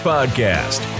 Podcast